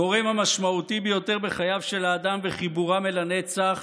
הגורם המשמעותי ביותר בחייו של האדם וחיבורם אל הנצח